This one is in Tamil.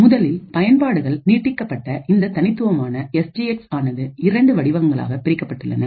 முதலில் பயன்பாடுகள் நீட்டிக்கப்பட்ட இந்த தனித்துவமான எஸ் ஜி எக்ஸ் ஆனது இரண்டு வடிவங்களாக பிரிக்கப்பட்டுள்ளன